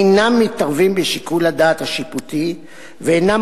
אינם מתערבים בשיקול הדעת השיפוטי ואינם